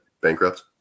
bankrupt